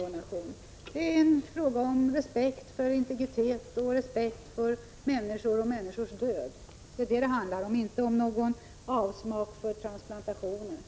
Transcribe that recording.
Det är en fråga om respekt för integritet och respekt för människor och människors död. Det är vad det handlar om — inte någon avsmak för transplantationer.